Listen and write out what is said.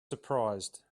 surprised